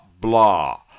blah